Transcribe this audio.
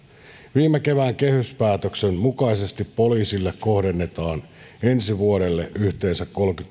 viime kevään kehyspäätöksen mukaisesti poliisille kohdennetaan ensi vuodelle yhteensä